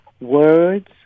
words